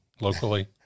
locally